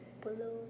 Blue